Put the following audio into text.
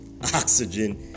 oxygen